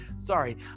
Sorry